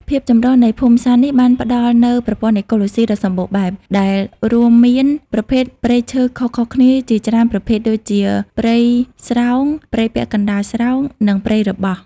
ភាពចម្រុះនៃភូមិសាស្ត្រនេះបានផ្តល់នូវ ប្រព័ន្ធអេកូឡូស៊ីដ៏សម្បូរបែប ដែលរួមមានប្រភេទព្រៃឈើខុសៗគ្នាជាច្រើនប្រភេទ ដូចជាព្រៃស្រោង ព្រៃពាក់កណ្តាលស្រោង និងព្រៃរបោះ។